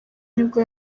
nibwo